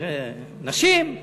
נשים.